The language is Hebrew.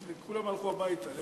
כולם הלכו הביתה.